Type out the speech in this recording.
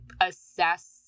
assess